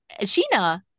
Sheena